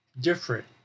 different